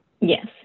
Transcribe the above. Yes